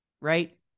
right